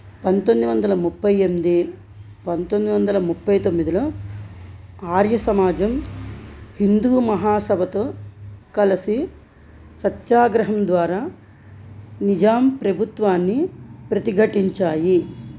పంతొమ్మిది వందల ముప్పై ఎనిమిది పంతొమ్మది వందల ముప్పై తొమ్మిదిలో ఆర్య సమాజం హిందు మహాసభతో కలిసి సత్యాగ్రహం ద్వారా నిజాం ప్రభుత్వాన్ని ప్రతిఘటించాయి